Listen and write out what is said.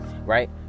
Right